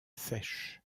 sèche